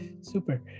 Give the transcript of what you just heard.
Super